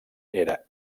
era